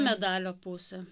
medalio pusė